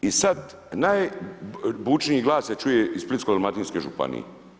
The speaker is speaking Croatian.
I sada najbučniji glas se čuje iz Splitsko-dalmatinske županije.